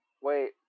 Wait